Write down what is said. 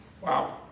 Wow